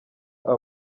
aba